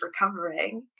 recovering